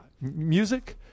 music